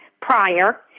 prior